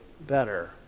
better